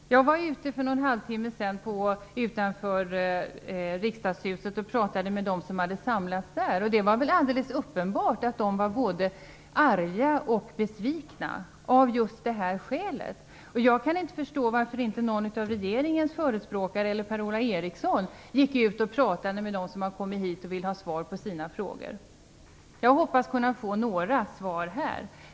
För någon halvtimme sedan var jag ute ur huset och pratade med de människor som hade samlats utanför riksdagshuset. Det var uppenbart att de var både arga och besvikna - av just det här skälet. Jag kan inte förstå varför inte någon av regeringens förespråkare eller Per-Ola Eriksson gick ut och pratade med dem som har kommit hit och som ville ha svar på sina frågor. Jag hoppas kunna få några svar här.